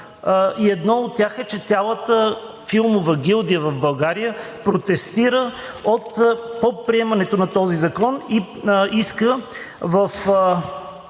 едно от тях е, че цялата филмова гилдия в България протестира по приемането на този закон и иска в